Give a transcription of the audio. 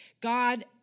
God